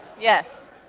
Yes